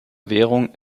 währung